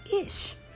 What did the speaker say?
ish